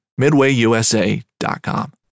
MidwayUSA.com